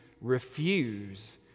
refuse